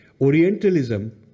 Orientalism